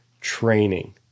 training